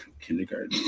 kindergarten